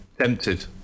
tempted